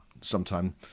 sometime